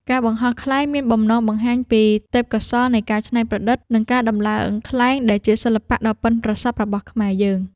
ការបង្ហោះខ្លែងមានបំណងបង្ហាញពីទេពកោសល្យនៃការច្នៃប្រឌិត និងការដំឡើងខ្លែងដែលជាសិល្បៈដ៏ប៉ិនប្រសប់របស់ខ្មែរយើង។